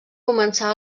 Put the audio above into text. començar